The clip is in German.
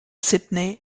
sydney